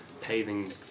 paving